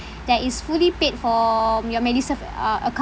that is fully paid from your MediSave uh account